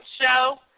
show